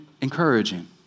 encouraging